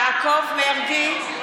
(קוראת בשמות חברי הכנסת) יעקב מרגי,